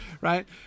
right